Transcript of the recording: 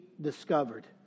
discovered